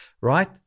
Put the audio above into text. right